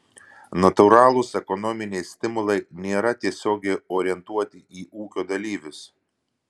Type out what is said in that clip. natūralūs ekonominiai stimulai nėra tiesiogiai orientuoti į ūkio dalyvius